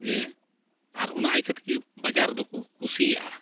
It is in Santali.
ᱡᱮ ᱟᱨ ᱚᱱᱟ ᱤᱠᱷᱟᱹ ᱛᱮᱜᱮ ᱵᱟᱡᱟᱨ ᱫᱚ ᱠᱤ ᱠᱩᱥᱤᱭᱟᱜᱼᱟ